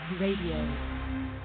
Radio